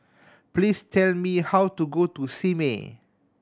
please tell me how to go to Simei